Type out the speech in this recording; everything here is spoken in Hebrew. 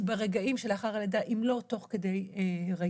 ברגעים שלאחר הלידה אם לא תוך כדי הריון.